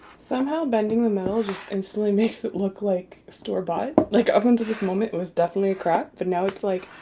somehow bending the metal just instantly makes it look like a store-bought like up until this moment it was definitely a craft but now it's like